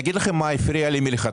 (היו"ר ולדימיר בליאק)